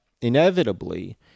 inevitably